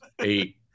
eight